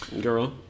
girl